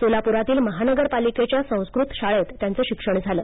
सोलापुरातील महानगर पालिकेच्या संस्कृत शाळेत त्यांचे शिक्षण झालं